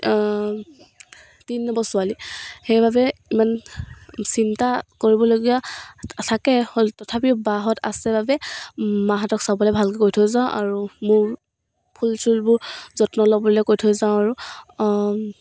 তিনি নম্বৰ ছোৱালী সেইবাবে ইমান চিন্তা কৰিবলগীয়া থাকে হ'ল তথাপিও বাহঁত আছে বাবে মাহঁতক চাবলৈ ভালকৈ কৈ থৈ যাওঁ আৰু মোৰ ফুল চুলবোৰ যত্ন ল'বলৈ কৈ থৈ যাওঁ আৰু